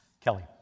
Kelly